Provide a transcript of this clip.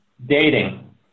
Dating